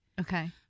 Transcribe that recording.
Okay